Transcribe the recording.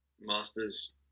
Masters